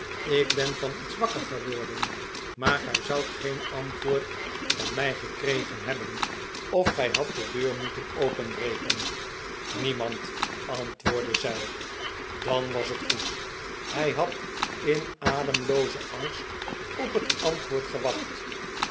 ik ben van lets wakker geworden maar gij zoudt geen antwoord van mij gekregen hebben of gij hadt de deur moeten openbreken niemand antwoordde zij dan was het goed hij had in ademloozen angst op het antwoord gewacht